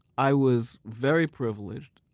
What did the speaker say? i was very privileged.